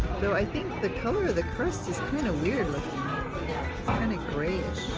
although i think the color of the crust is kinda weird looking kinda greyish